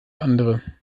andere